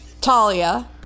Talia